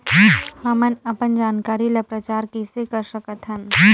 हमन अपन जानकारी ल प्रचार कइसे कर सकथन?